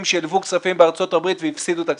שהלוו כספים בארצות-הברית והפסידו את הכספים.